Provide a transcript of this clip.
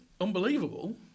unbelievable